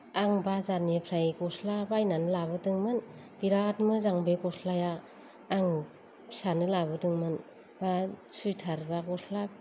आं बाजारनिफ्राय गस्ला बायनानै लाबोदोंमोन बिराद मोजां बे गस्लाया आं फिसानो लाबोदोंमोन दा सुइटार एबा गस्ला